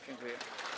Dziękuję.